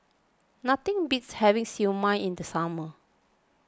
nothing beats having Siew Mai in the summer